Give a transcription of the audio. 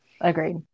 Agreed